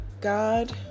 God